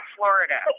Florida